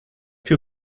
few